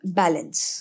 balance